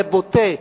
זה בוטה,